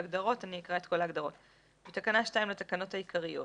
2. בתקנה 2 לתקנות העיקריות